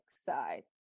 side